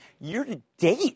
year-to-date